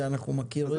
את זה אנחנו מכירים.